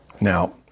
Now